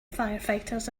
firefighters